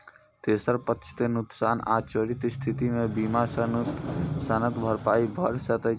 तेसर पक्ष के नुकसान आ चोरीक स्थिति मे बीमा सं नुकसानक भरपाई भए सकै छै